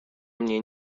mnie